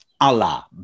Allah